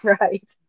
Right